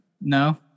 no